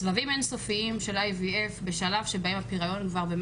סבבים אין סופיים של IVF בשלב שבהם הפריון כבר ירד